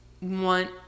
want